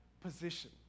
position